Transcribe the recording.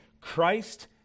Christ